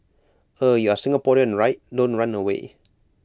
eh you're Singaporean right don't run away